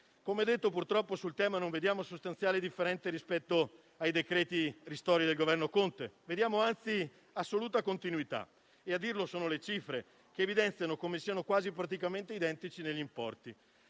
subita. Purtroppo, sul tema non vediamo sostanziali differenze rispetto ai decreti-legge ristori del Governo Conte; vediamo, anzi, assoluta continuità, e a dirlo sono le cifre, che evidenziano come siano quasi praticamente identici negli importi.